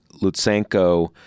Lutsenko